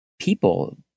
people